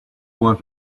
want